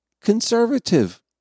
conservative